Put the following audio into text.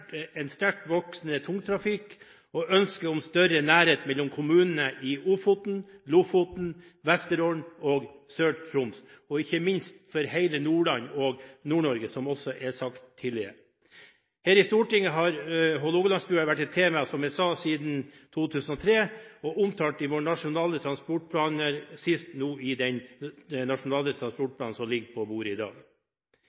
en sterkt voksende tungtrafikk og ønsket om større nærhet mellom kommunene i Ofoten, Lofoten, Vesterålen og Sør-Troms, og ikke minst for hele Nordland og Nord-Norge, som tidligere nevnt. Her i Stortinget har Hålogalandsbrua vært et tema – som jeg sa – siden 2003, og vært omtalt i våre nasjonale transportplaner, sist i den